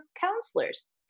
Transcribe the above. counselors